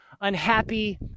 unhappy